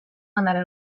anara